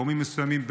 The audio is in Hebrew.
גורמים מסוימים,